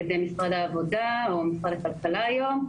ידי משרד העבודה או משרד הכלכלה היום.